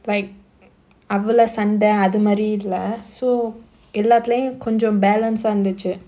like அவளா சண்ட அதுமாரி இல்ல:avalaa sanda athumaari illa so எல்லாத்லயும் கொஞ்ச:ellaathlayum konja balance ah இருந்துச்சு:irunthuchu